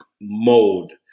mode